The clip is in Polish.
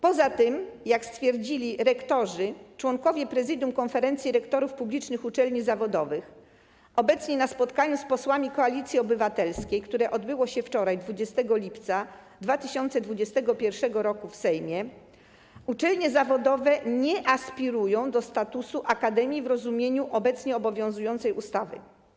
Poza tym, jak stwierdzili rektorzy, członkowie Prezydium Konferencji Rektorów Publicznych Uczelni Zawodowych obecni na spotkaniu z posłami Koalicji Obywatelskiej, które odbyło się wczoraj, 20 lipca 2021 r., w Sejmie, uczelnie zawodowe nie aspirują do statusu akademii w rozumieniu obecnie obowiązującej ustawy.